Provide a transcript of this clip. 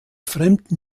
fremden